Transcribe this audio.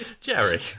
Jerry